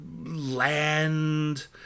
land